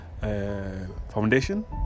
foundation